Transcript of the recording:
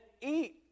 eat